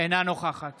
אינה נוכחת